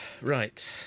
Right